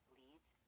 leads